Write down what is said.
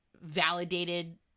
validated